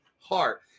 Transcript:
heart